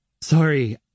Sorry